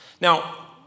Now